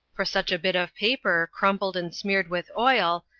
for such a bit of paper, crumpled and smeared with oil,